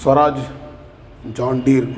Swaraj जौण्डीर्